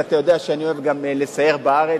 ואתה יודע שאני אוהב גם לסייר בארץ,